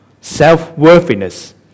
self-worthiness